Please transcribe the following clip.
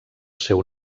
seu